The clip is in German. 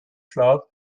schlaf